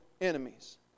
enemies